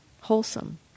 wholesome